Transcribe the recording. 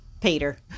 Peter